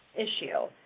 issue.